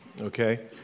Okay